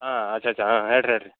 ಹಾಂ ಅಚ್ ಅಚ್ಚ ಹಾಂ ಹೇಳಿರಿ ಹೇಳಿರಿ